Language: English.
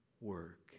work